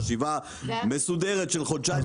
חשיבה מסודרת של חודשיים-שלושה.